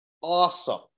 awesome